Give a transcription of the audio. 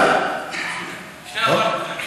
טוב.